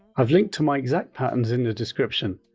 i've linked to my exact patterns in the description,